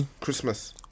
Christmas